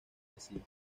vacío